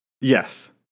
yes